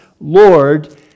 Lord